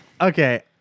Okay